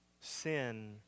sin